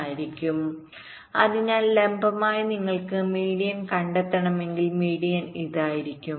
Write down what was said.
ആയിരിക്കും അതിനാൽ ലംബമായി നിങ്ങൾക്ക് മീഡിയൻ കണ്ടെത്തണമെങ്കിൽ മീഡിയൻ ഇതായിരിക്കും